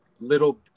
little